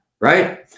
Right